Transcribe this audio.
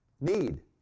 need